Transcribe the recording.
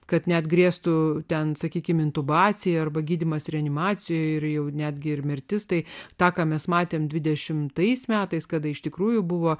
kad net grėstų ten sakykime intubacija arba gydymas reanimacijoje ir jau netgi ir mirtis tai tą ką mes matėme dvidešimtais metais kada iš tikrųjų buvo